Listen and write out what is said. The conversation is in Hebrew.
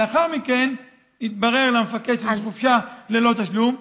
לאחר מכן התברר למפקד שזו חופשה ללא תשלום,